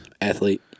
Athlete